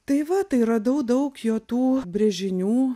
tai va tai radau daug jo tų brėžinių